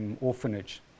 orphanage